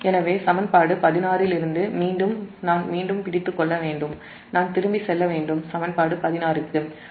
எனவே சமன்பாடு 16 இலிருந்து மீண்டும் பிடித்துக் கொள்ள வேண்டும் நாம் சமன்பாடு 16 க்கு திரும்பச் செல்ல வேண்டும்